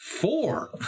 four